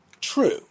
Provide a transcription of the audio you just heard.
true